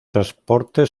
transporte